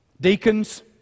Deacons